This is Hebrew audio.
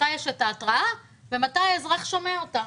מתי יש התרעה ומתי האזרח שומע אותה.